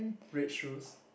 red shoes